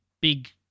big